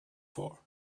for